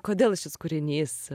kodėl šis kūrinys